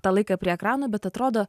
tą laiką prie ekrano bet atrodo